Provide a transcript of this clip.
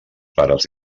pares